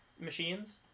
machines